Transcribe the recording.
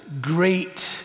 great